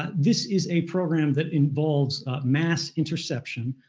ah this is a program that involves mass interception,